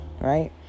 right